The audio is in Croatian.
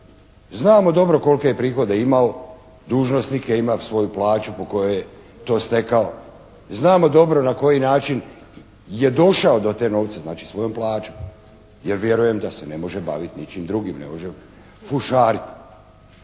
Znamo dobro kolike prihode je imao, dužnosnik je, ima svoju plaću po kojoj je to stekao. Znamo dobro na koji način je došao do tih novca, znači svojom plaćom, jer vjerujem da se ne može baviti ničim drugim, ne može fušarit.